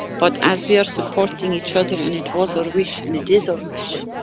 but as we are supporting each other and it was our wish, and it is our wish.